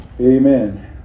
Amen